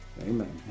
Amen